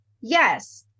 Yes